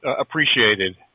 appreciated